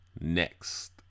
next